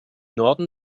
norden